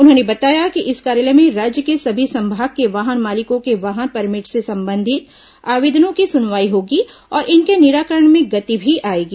उन्होंने बताया कि इस कार्यालय में राज्य के सभी संभाग के वाहन मालिकों के वाहन परमिट से संबंधित आवेदनों की सुनवाई होगी और इनके निराकरण में गति भी आएगी